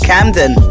Camden